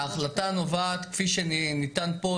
ההחלטה נובעת כפי שניתן פה,